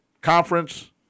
conference